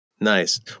Nice